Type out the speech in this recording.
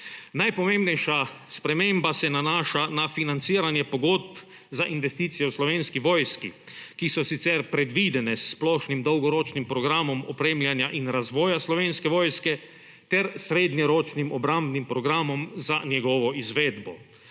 Najpomembnejša sprememba se nanaša na financiranje pogodb za investicije v Slovenski vojski, ki so sicer predvidene s splošnim dolgoročnim programom opremljanja in razvoja Slovenske vojske ter s srednjeročnim obrambnim programom za njegovo izvedbo.